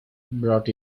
brought